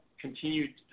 continued